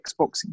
Xbox